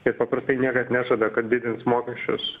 kiek paprastai niekas nežada kad didins mokesčius